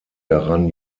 daran